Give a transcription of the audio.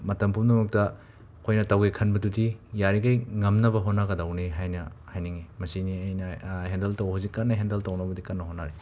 ꯃꯇꯝ ꯄꯨꯝꯅꯃꯛꯇ ꯑꯩꯈꯣꯏꯅ ꯇꯧꯒꯦ ꯈꯟꯕꯗꯨꯗꯤ ꯌꯥꯔꯤꯒꯩ ꯉꯝꯅꯕ ꯍꯣꯠꯅꯒꯗꯕꯅꯤ ꯍꯥꯏꯅ ꯍꯥꯏꯅꯤꯡꯏ ꯃꯁꯤꯅꯤ ꯑꯩꯅ ꯍꯦꯟꯗꯜ ꯇꯧ ꯍꯧꯖꯤꯛ ꯀꯟꯅ ꯍꯦꯟꯗꯜ ꯇꯧꯅꯕꯨꯗꯤ ꯀꯟꯅ ꯍꯣꯠꯅꯔꯤ